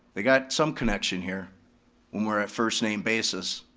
they got some connection here. when we're at first name basis.